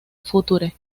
future